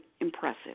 impressive